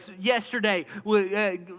yesterday